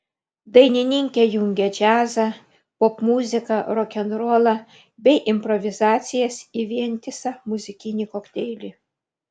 dainininkė jungia džiazą popmuziką rokenrolą bei improvizacijas į vientisą muzikinį kokteilį